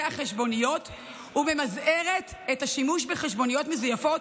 החשבוניות וממזערת את השימוש בחשבוניות מזויפות